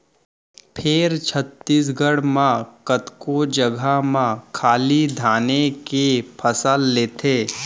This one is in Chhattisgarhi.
फेर छत्तीसगढ़ म कतको जघा म खाली धाने के फसल लेथें